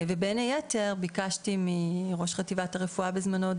בין היתר ביקשתי מראש חטיבת רפואה בזמנו,